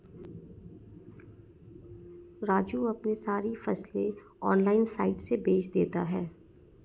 राजू अपनी सारी फसलें ऑनलाइन साइट से बेंच देता हैं